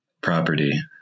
property